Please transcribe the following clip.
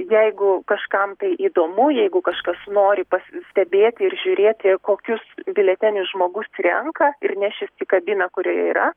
jeigu kažkam tai įdomu jeigu kažkas nori pas stebėti ir žiūrėti kokius biuletenius žmogus renka ir nešis į kabiną kurioje yra